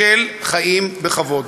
חיים בכבוד.